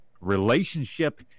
Relationship